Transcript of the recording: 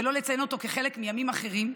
ולא לציין אותו כחלק מימים אחרים?